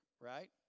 right